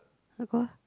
uh go ah